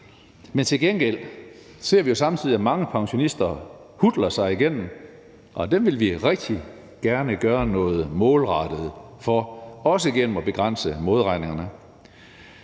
men til gengæld ser vi jo samtidig, at mange pensionister hutler sig igennem, og dem vil vi rigtig gerne gøre noget målrettet for, også igennem at begrænse modregningerne.